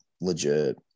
legit